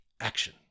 action